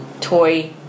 toy